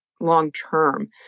long-term